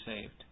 saved